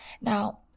Now